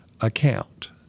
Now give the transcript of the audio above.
account